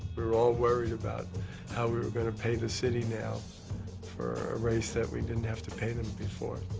we were all worried about how we were gonna pay the city now for a race that we didn't have to pay them before.